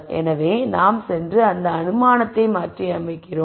எனவே நாம் சென்று அந்த அனுமானத்தை மாற்றியமைக்கிறோம்